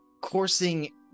Coursing